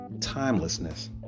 timelessness